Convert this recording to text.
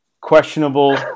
Questionable